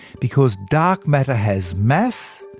because dark matter has mass,